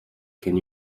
can